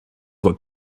what